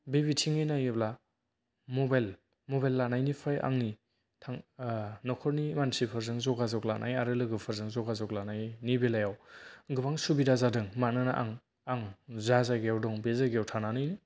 बि बिथिंनि नायोब्ला mobile mobile लानायनिफ्राय आंनि थां ओ न'खरनि मानसिफोरजों जगाजग लानाय आरो लोगोफोरजों जगाजग लानायनि बेलायाव गोबां सुबिदा जादों मानोना आं आं जा जायगायाव दं बे जायगायाव थानानै